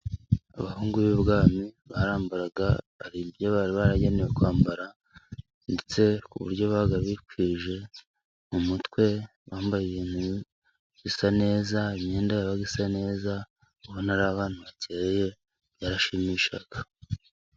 Abahungu b'i bwami barambaraga ,hari ibyo bari baragenewe kwambara ndetse ku buryo babaga bikwije, mu mutwe bambaye ibintu bisa neza ,imyenda yabaga isa neza ubona ari abantu bakeye, byarashimishaga.